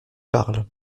parles